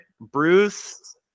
Bruce